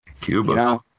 Cuba